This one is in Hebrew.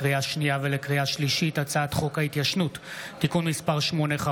לקריאה שנייה ולקריאה שלישית: הצעת חוק ההתיישנות (תיקון מס' 8,